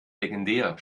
legendär